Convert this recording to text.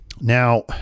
now